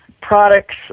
products